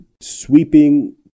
sweeping